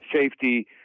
safety